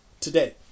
today